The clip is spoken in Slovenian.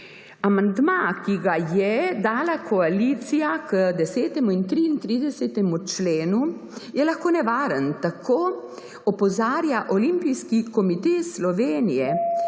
Amandma, ki ga je dala koalicija k 10. in 33. členu, je lahko nevaren. Tako opozarja Olimpijski komite Slovenije,